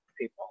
people